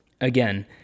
again